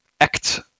act